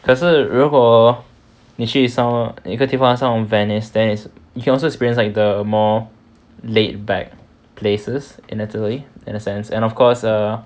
可是如果你去 some 一个地方 venice then is you can also experience like the more laid back places in italy in a sense and of course err